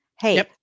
Hey